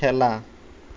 খেলা